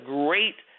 great